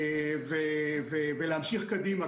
ולהמשיך קדימה,